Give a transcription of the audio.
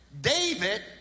David